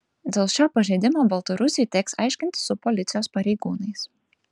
dėl šio pažeidimo baltarusiui teks aiškintis su policijos pareigūnais